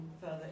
further